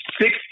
six